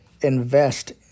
invest